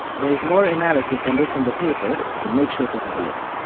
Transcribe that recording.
there is more analysis on this in the paper, so make sure to have a look.